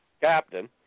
Captain